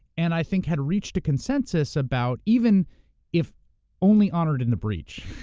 and i think had reached a consensus about, even if only honored in a breach,